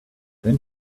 then